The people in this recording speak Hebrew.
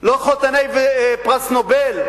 לא חתני פרס נובל?